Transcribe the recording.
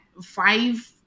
five